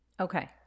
Okay